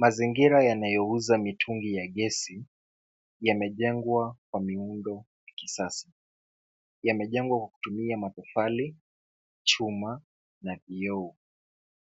Mazingira yanayouza mitungi ya gesi yamejengwa kwa miundo ya kisasa, yamejengwa kwa kutumia matofali, chuma na vioo.